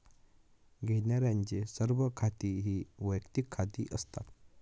घेण्यारांचे सर्व खाती ही वैयक्तिक खाती असतात